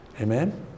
Amen